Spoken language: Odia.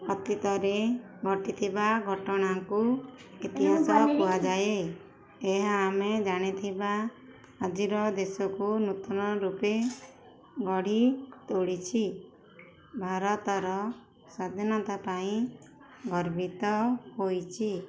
ଅତୀତରେ ଘଟିଥିବା ଘଟଣାଙ୍କୁ ଇତିହାସ କୁହାଯାଏ ଏହା ଆମେ ଜାଣିଥିବା ଆଜିର ଦେଶକୁ ନୂତନ ରୂପେ ଗଢ଼ି ତୋଳିଛି ଭାରତର ସ୍ୱାଧୀନତା ପାଇଁ ଗର୍ବିତ ହୋଇଛି